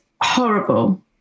horrible